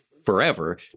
forever